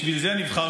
בשביל זה נבחרנו.